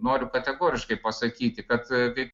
noriu kategoriškai pasakyti kad kai